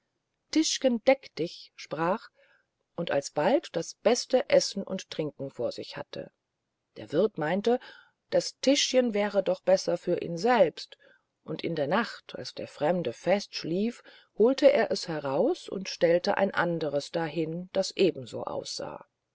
tischgen deck dich sprach und alsbald das beste essen und trinken vor sich stehen hatte der wirth meinte das tischen wär noch besser für ihn selber und in der nacht als der fremde fest schlief holt er es heraus und stellte ein anderes dahin das ebenso aussah